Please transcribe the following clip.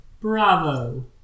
Bravo